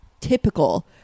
Typical